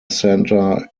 centre